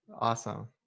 awesome